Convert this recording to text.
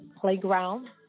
playground